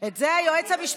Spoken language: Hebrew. מה אתה שואל,